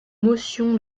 motion